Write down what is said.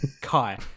Kai